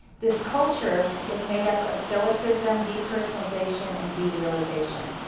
this culture is made up of stoicism, deep personalization and derealization.